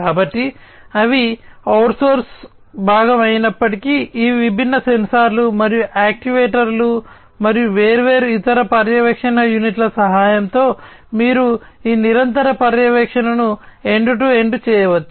కాబట్టి అవి outsource భాగం అయినప్పటికీ ఈ విభిన్న సెన్సార్లు మరియు యాక్యుయేటర్లు మరియు వేర్వేరు ఇతర పర్యవేక్షణ యూనిట్ల సహాయంతో మీరు ఈ నిరంతర పర్యవేక్షణను ఎండ్ టు ఎండ్ చేయవచ్చు